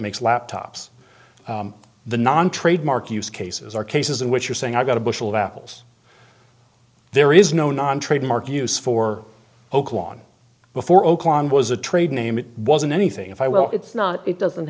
makes laptops the non trademark use cases are cases in which you're saying i got a bushel of apples there is no non trademark use for oak lawn before oak lawn was a trade name it wasn't anything if i well it's not it doesn't